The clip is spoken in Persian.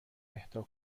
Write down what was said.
اهدا